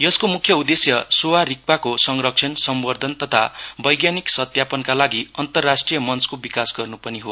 यसको मुख्य उदेश्य सोवा रिकपाको संरक्षण सर्म्वधन तथा वैज्ञानिक सत्यापनका लागि अन्तराष्ट्रिय मञ्चको विकास गर्नुपनि हो